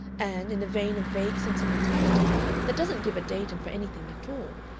and, in a vein of vague sentimentality that doesn't give a datum for anything at all,